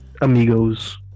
Amigos